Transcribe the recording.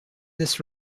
this